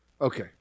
Okay